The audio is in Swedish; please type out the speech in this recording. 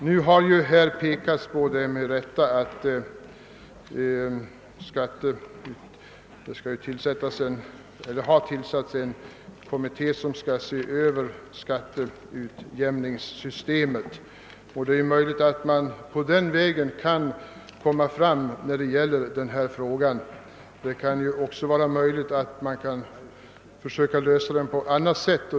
Nu har man — och det med rätta — fäst uppmärksamheten på att det har tillsatts en kommitté som skall se över skatteutjämningssystemet. Det är möjligt att man på den vägen kan komma fram till en lösning. Det är också möjligt att man kan lösa problemet på annat sätt.